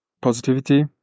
positivity